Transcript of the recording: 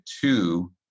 two